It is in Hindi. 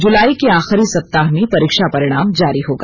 जुलाई के आखिरी सप्ताह में परीक्षा परिणाम रिजल्ट जारी होगा